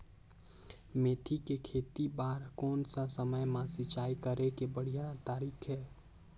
मेथी के खेती बार कोन सा समय मां सिंचाई करे के बढ़िया तारीक हे?